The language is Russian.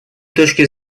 точки